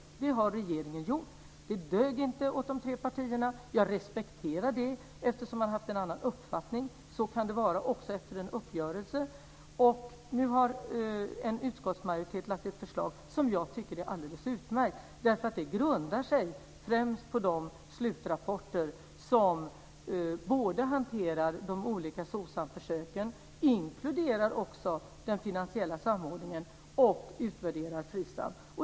Det har regeringen gjort, men det dög inte åt de tre partierna. Jag respekterar det. Man har en annan uppfattning, och så kan det vara efter en uppgörelse. Nu har utskottsmajoriteten lagt fram ett förslag som jag tycker är alldeles utmärkt. Det grundar sig främst på de slutrapporter som behandlar de olika Socsamförsöken, den finansiella samordningen och som utvärderar Finsam.